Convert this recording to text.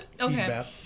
Okay